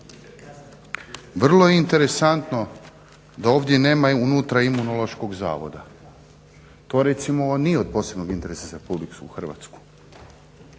Vrlo je interesantno da ovdje nema unutra Imunološkog zavoda. To recimo nije od posebnog interesa za RH.